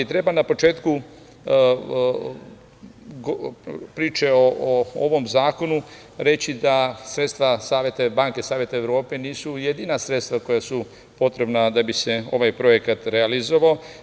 Treba na početku priče o ovom zakonu reći da sredstva banke Saveta Evrope nisu jedina sredstva koja su potrebna da bi se ovaj projekat realizovao.